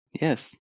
Yes